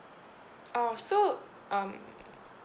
oh so um